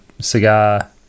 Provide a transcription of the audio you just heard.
cigar